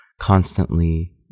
constantly